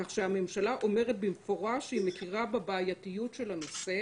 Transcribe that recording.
כך שהממשלה אומרת במפורש שהיא מכירה בבעייתיות של הנושא